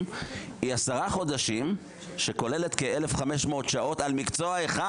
היא 10 חודשים שכוללים כ-1,500 שעות על מקצוע אחד,